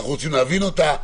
אנחנו רוצים להבין אותה.